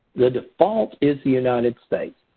the default is the united states.